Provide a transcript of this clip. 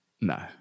No